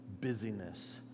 busyness